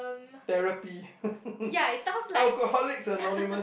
therapy alcoholics anonymous